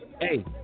Hey